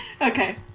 Okay